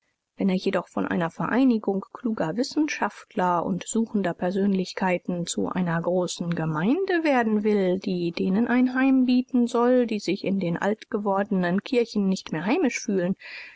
wenn er jedoch von einer vereinigung kluger wissenschaftler u suchender persönlichkeiten zu einer großen gemeinde werden will die denen ein heim bieten soll die sich in den altgewordenen kirchen nicht mehr heimisch fühlen